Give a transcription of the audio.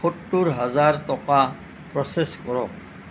সত্তৰ হাজাৰ টকা প্ৰচেছ কৰক